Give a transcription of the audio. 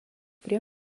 prie